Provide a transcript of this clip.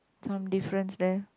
some difference there